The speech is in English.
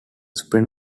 spin